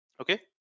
Okay